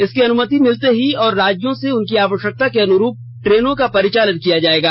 इसकी अनुमति मिलते ही और राज्यों से उनकी अवश्यकता के अनुरूप ट्रेनों का परिचालन किया जायेगा